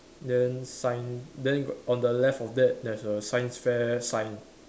then sign then got on the left of that there's a science fair sign